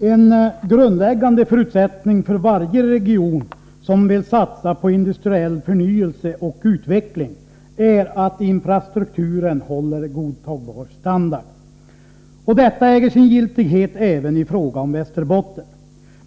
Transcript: En grundläggande förutsättning för varje region som vill satsa på industriell förnyelse och utveckling är att infrastrukturen håller godtagbar standard. Detta äger sin giltighet även i fråga om Västerbotten.